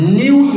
new